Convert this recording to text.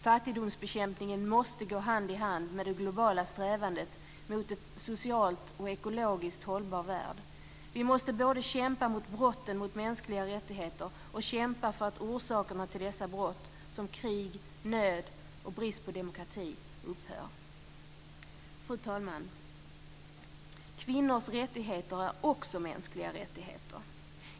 Fattigdomsbekämpningen måste gå hand i hand med det globala strävandet mot en socialt och ekologiskt hållbar värld. Vi måste både kämpa mot brotten mot mänskliga rättigheter och kämpa för att orsakerna till dessa brott, som krig, nöd och brist på demokrati, upphör. Fru talman! Kvinnors rättigheter är också mänskliga rättigheter.